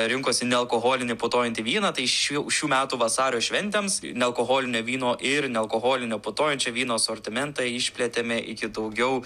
rinkosi nealkoholinį putojantį vyną tai šių šių metų vasario šventėms nealkoholinio vyno ir nealkoholinio putojančio vyno asortimentą išplėtėme iki daugiau